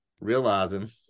realizing